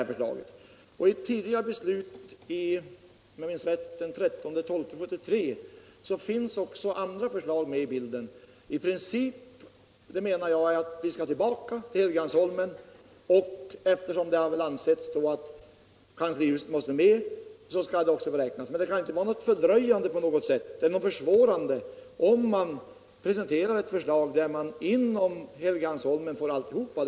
När riksdagen fattade ett tidigare beslut — om jag minns rätt fattades det den 13 december 1973 — fanns också andra förslag med i bilden. I princip skall vi, det menar jag, tillbaka till Helgeandsholmen. Eftersom det har ansetts att kanslihuset skall utnyttjas måste det tas med i beräkningarna, men det kan inte innebära någon fördröjning eller något försvårande om man samtidigt presenterar eu förslag som betvder att riksdagshusbyggnaderna hålls inom Helgeandsholmen.